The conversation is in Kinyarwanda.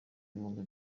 ibihumbi